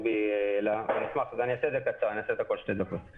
אעשה את זה בקצרה, בשתי דקות.